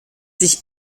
sich